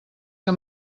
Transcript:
que